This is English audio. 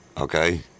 Okay